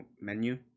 menu